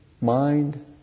mind